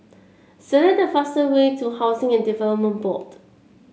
select the fastest way to Housing and Development Board